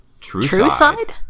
Trueside